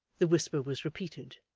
the whisper was repeated.